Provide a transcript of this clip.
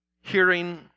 Hearing